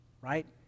right